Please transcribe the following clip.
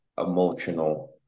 emotional